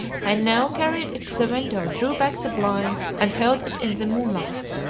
i now carried it to the window, drew back the blind, and held it in the moonlight.